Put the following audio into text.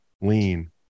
Lean